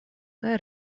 kaj